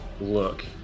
look